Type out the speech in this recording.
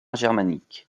germanique